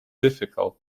difficult